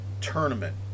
tournament